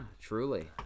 truly